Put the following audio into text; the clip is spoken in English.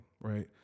right